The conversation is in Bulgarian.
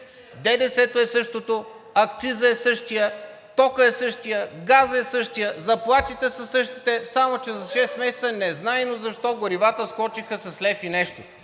ДДС-то е същото, акцизът е същият, токът е същият, газът е същият, заплатите са същите, само че за шест месеца, незнайно защо, горивата скочиха с лев и нещо.